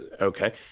okay